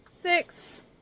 six